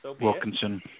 Wilkinson